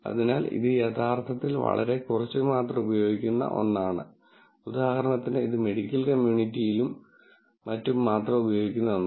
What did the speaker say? അതിനാൽ ഇത് യഥാർത്ഥത്തിൽ വളരെ കുറച്ച് മാത്രം ഉപയോഗിക്കുന്ന ഒന്നാണ് ഉദാഹരണത്തിന് ഇത് മെഡിക്കൽ കമ്മ്യൂണിറ്റിയിലും മറ്റും മാത്രം ഉപയോഗിക്കുന്ന ഒന്നാണ്